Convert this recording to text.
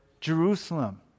Jerusalem